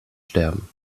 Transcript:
sterben